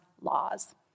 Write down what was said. laws